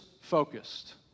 focused